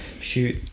shoot